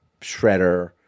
shredder